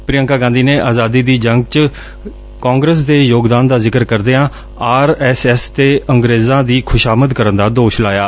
ਪ੍ਰਿਅੰਕਾ ਗਾਂਧੀ ਨੇ ਆਜ਼ਾਦੀ ਦੀ ਜੰਗ ਚ ਕਾਂਗਰਸ ਦੇ ਯੋਗਦਾਨ ਦਾ ਜ਼ਿਕਰ ਕਰਦਿਆਂ ਆਰ ਐਸ ਐਸ ਤੇ ਅੰਗਰੇਜ਼ਾਂ ਦੀ ਖੁਸ਼ਾਮਦ ਕਰਨ ਦਾ ਦੋਸ਼ ਲਾਇਆ